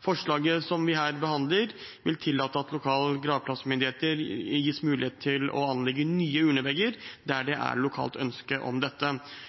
Forslaget som vi her behandler, vil tillate at lokale gravplassmyndigheter gis mulighet til å anlegge nye urnevegger der